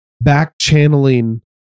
back-channeling